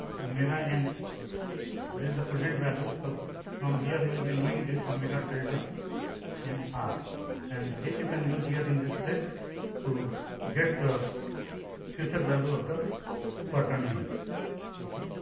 omega n this is the present value. so, from here you will be knowing this omega tilde n ah and r and this you can use here in this place to get the future value of the quaternions ok.